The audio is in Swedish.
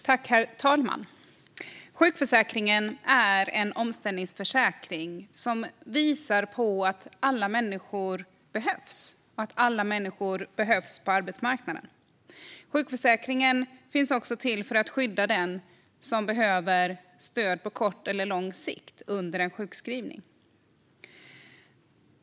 Herr talman! Sjukförsäkringen är en omställningsförsäkring som visar på att alla människor behövs på arbetsmarknaden. Sjukförsäkringen är också till för att skydda den som behöver stöd på kort eller lång sikt under en sjukskrivning.